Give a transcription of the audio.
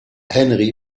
henry